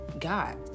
God